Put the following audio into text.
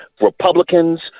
republicans